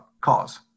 cause